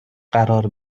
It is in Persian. قرار